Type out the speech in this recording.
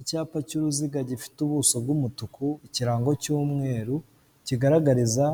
Icyapa cy'uruziga gifite ubuso bw'umutuku, ikirango cy'umweru, kigaragariza